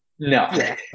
No